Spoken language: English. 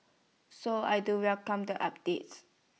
so I do welcome the updates